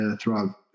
throughout